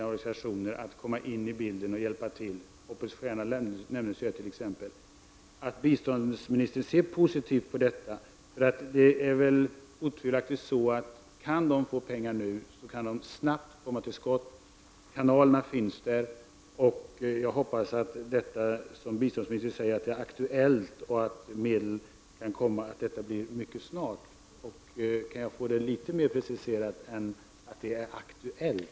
Hoppets stjärna, som vill komma in i bilden och hjälpa till. Jag vädjar då till biståndsministern om att hon ser positivt på detta, eftersom det otvivelaktigt är så att dessa organisationer, om de får pengar nu, snabbt kan komma till skott. Kanalerna finns där. Biståndsminisern säger att detta kan vara aktuellt, och jag hoppas att det sker mycket snart. Kan jag få det litet mer preciserat än att det är ”aktuellt”?